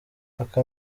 aka